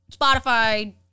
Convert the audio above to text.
Spotify